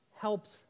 helps